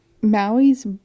Maui's